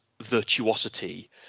virtuosity